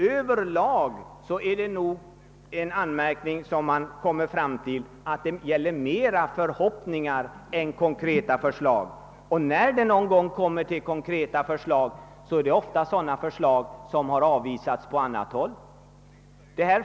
Över lag gäller det nog i motionerna mera förhoppningar än konkreta förslag, och när det någon gång kommit till konkreta förslag rör det sig ofta om sådana som avvisats på annat håll.